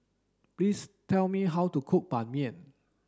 please tell me how to cook Ban Mian